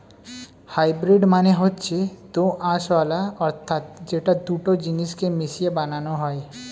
hybrid মানে হচ্ছে দোআঁশলা অর্থাৎ যেটা দুটো জিনিস কে মিশিয়ে বানানো হয়